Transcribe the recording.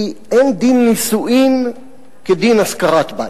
שאין דין נישואין כדין השכרת בית,